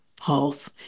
Pulse